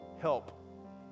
help